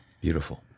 Beautiful